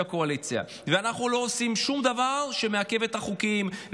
קואליציה ושאנחנו לא עושים שום דבר שמעכב את החוקים,